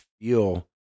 feel